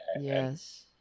Yes